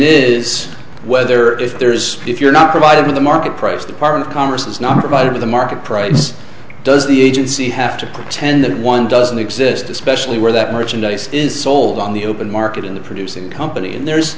is whether if there is if you're not provided with the market price the current congress has not provided to the market price does the agency have to pretend that one doesn't exist especially where that merchandise is sold on the open market in the producing company and there's